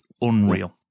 unreal